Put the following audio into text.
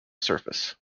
surface